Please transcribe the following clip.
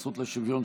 הזכות לשוויון),